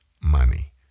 money